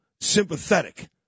sympathetic